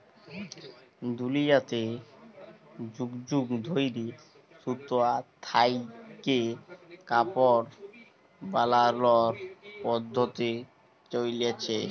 দুলিয়াতে যুগ যুগ ধইরে সুতা থ্যাইকে কাপড় বালালর পদ্ধতি চইলছে